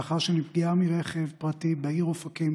לאחר שנפגעה מרכב פרטי בעיר אופקים